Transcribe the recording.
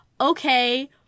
okay